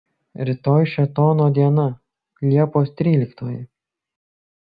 rytoj šėtono diena liepos tryliktoji